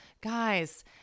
guys